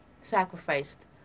sacrificed